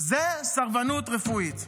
זו סרבנות רפואית.